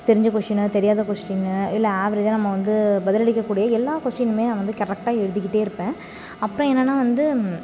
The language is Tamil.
தெரிஞ்ச கொஸ்ஸினு தெரியாத கொஸ்டினு இல்லை ஆவரேஜாக நம்ம வந்து பதிலளிக்கக் கூடிய எல்லா கொஸ்டினுமே நான் வந்து கரெக்டாக எழுதிக்கிட்டே இருப்பேன் அப்போ என்னன்னால் வந்து